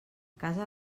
casa